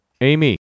Amy